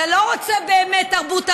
אתה לא רוצה באמת תרבות ערבית,